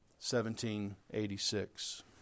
1786